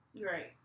Right